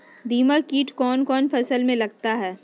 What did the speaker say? दीमक किट कौन कौन फसल में लगता है?